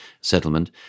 settlement